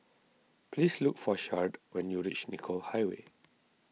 please look for Sharde when you reach Nicoll Highway